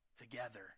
together